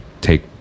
take